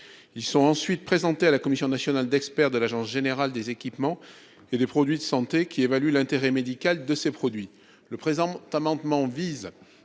Ils sont ensuite présentés à la commission nationale d'experts de l'Agence générale des équipements et des produits de santé qui évalue l'intérêt médical de ces produits. Le présent amendement vise